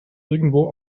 irgendwo